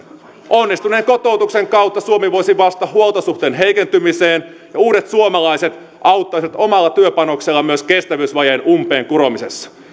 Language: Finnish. onnistuneen kotoutuksen kautta suomi voisi vastata huoltosuhteen heikentymiseen ja uudet suomalaiset auttaisivat omalla työpanoksellaan myös kestävyysvajeen umpeen kuromisessa